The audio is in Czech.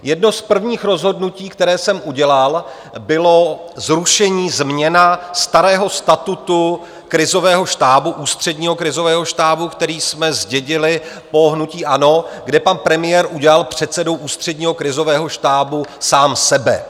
Jedno z prvních rozhodnutí, které jsem udělal, bylo zrušení, změna starého statutu krizového štábu, Ústředního krizového štábu, který jsme zdědili po hnutí ANO, kde pan premiér udělal předsedou Ústředního krizového štábu sám sebe.